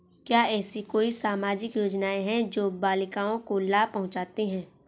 क्या ऐसी कोई सामाजिक योजनाएँ हैं जो बालिकाओं को लाभ पहुँचाती हैं?